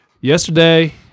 Yesterday